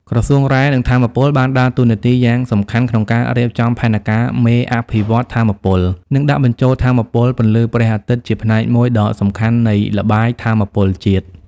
ក្រសួងរ៉ែ និងថាមពលបានដើរតួនាទីយ៉ាងសំខាន់ក្នុងការរៀបចំផែនការមេអភិវឌ្ឍន៍ថាមពល និងដាក់បញ្ចូលថាមពលពន្លឺព្រះអាទិត្យជាផ្នែកមួយដ៏សំខាន់នៃល្បាយថាមពលជាតិ។